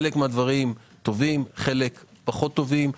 חלק מהדברים טובים, חלק פחות טובים.